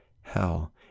hell